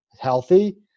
healthy